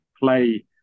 play